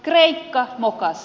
kreikka mokasi